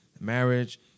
marriage